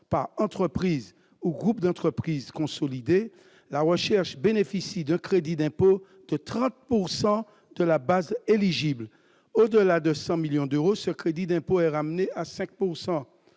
par entreprise ou groupe d'entreprises consolidées, la recherche bénéficie d'un crédit d'impôt de 30 % de la base éligible. Au-delà de 100 millions d'euros, ce crédit d'impôt est réduit à 5 %.